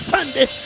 Sunday